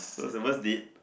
so it's the worst date